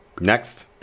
Next